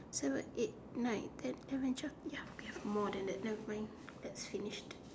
seven eight nine ten eleven twelve ya we have more than that never mind that's finished